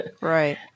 Right